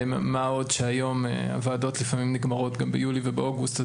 מה גם שהוועדות היום נגמרות לפעמים גם ביולי ובאוגוסט,